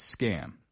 scam